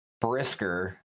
Brisker